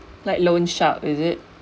like loan shark is it